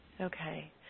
Okay